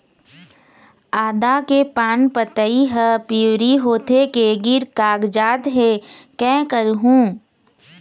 आदा के पान पतई हर पिवरी होथे के गिर कागजात हे, कै करहूं?